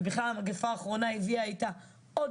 ובכלל המגפה האחרונה הביאה איתה עוד